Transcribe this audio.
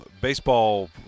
baseball